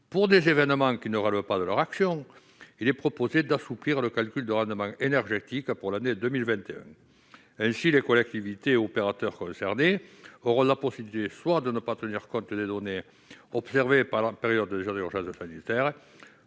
pour des événements ne relevant pas de leurs actions, il est proposé d'assouplir le calcul du rendement énergétique pour l'année 2021. Ainsi, les collectivités et les opérateurs concernés auraient la possibilité, soit de ne pas tenir compte des données observées pendant la période d'état d'urgence sanitaire,